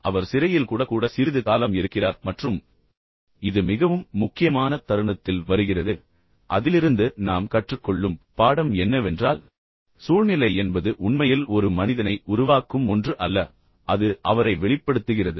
அவர் சிறையில் கூட கூட சிறிது காலம் இருக்கிறார் மற்றும் இது மிகவும் முக்கியமான தருணத்தில் வருகிறது அதிலிருந்து நாம் கற்றுக் கொள்ளும் பாடம் என்னவென்றால் சூழ்நிலை என்பது உண்மையில் ஒரு மனிதனை உருவாக்கும் ஒன்று அல்ல அது அவரை வெளிப்படுத்துகிறது